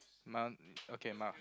my okay my